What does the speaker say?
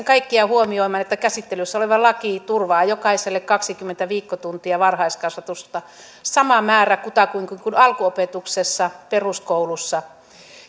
kaikkia huomioimaan että käsittelyssä oleva laki turvaa jokaiselle kaksikymmentä viikkotuntia varhaiskasvatusta sama määrä kutakuinkin kuin on alkuopetuksessa peruskoulussa